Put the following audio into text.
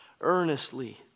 Earnestly